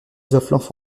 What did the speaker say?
l’enfant